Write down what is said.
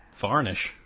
varnish